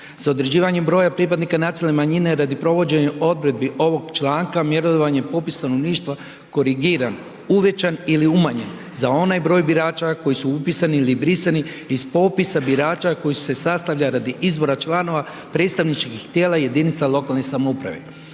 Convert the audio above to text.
„Za određivanjem broja pripadnika nacionalne manjine radi provođenja odredbi ovog članka mjerodavni je popis stanovništva korigiran, uvećan ili umanjen za onaj broj birača koji su upisani ili brisani iz popisa birača koji se sastavlja radi izbora članova predstavničkih tijela jedinica lokalne samouprave.“